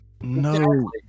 no